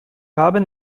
haben